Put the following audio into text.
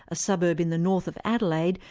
a suburb in the north of adelaide,